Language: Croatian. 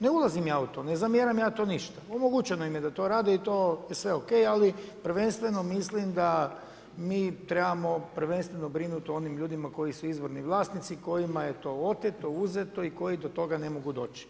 Ne ulazim ja u to, ne zamjeram ja to ništa, omogućeno im je da to rade i to je sve ok, ali prvenstveno mislim da mi trebamo prvenstveno brinuti o onim ljudima koji su izvorni vlasnici, kojima je to oteto, uzeto i koji do toga ne mogu doći.